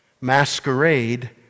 masquerade